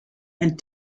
and